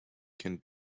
can